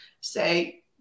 say